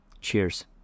Cheers